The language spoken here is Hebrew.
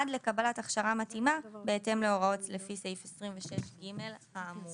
עד לקבלת הכשרה מתאימה בהתאם להוראות לפי סעיף 26ג האמור.